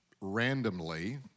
randomly